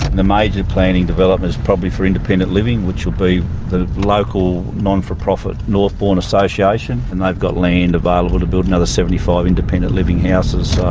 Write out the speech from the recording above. the major planning development is probably for independent living which will be the local not-for-profit northbourne association. and they have got land available to build another seventy five independent living houses.